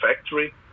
factory